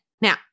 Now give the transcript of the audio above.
Now